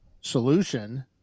solution